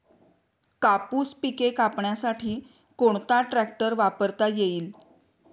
कापूस पिके कापण्यासाठी कोणता ट्रॅक्टर वापरता येईल?